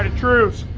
and truce.